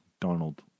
Donald